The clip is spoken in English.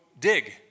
dig